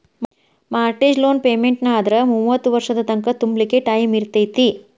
mortgage loan ಪೆಮೆನ್ಟಾದ್ರ ಮೂವತ್ತ್ ವರ್ಷದ್ ತಂಕಾ ತುಂಬ್ಲಿಕ್ಕೆ ಟೈಮಿರ್ತೇತಿ